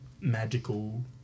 magical